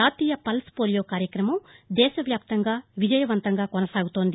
జాతీయ pulse polio కార్యక్రమం దేశ వ్యాప్తంగా విజయవంతంగా కొనసాగుతోంది